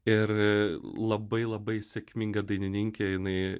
ir labai labai sėkminga dainininkė jinai